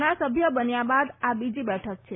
ના સભ્ય બન્યા બાદ આ બીજી બેઠક છે